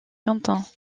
content